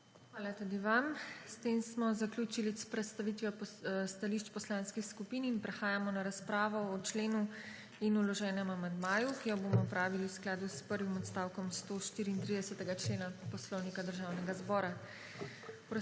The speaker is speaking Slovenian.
Hvala tudi vam. S tem smo zaključili s predstavitvijo stališč poslanskih skupin in prehajamo na razpravo o členu in o vloženem amandmaju, ki ga bomo opravili v skladu s prvim odstavkom 134. člena Poslovnika Državnega zbora.